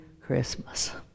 Christmas